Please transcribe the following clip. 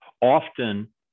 often